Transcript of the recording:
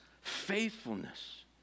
faithfulness